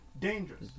dangerous